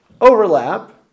overlap